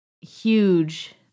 huge